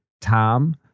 Tom